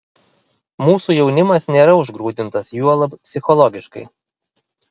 mūsų jaunimas nėra užgrūdintas juolab psichologiškai